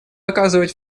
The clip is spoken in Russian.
оказывать